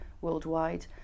worldwide